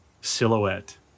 Silhouette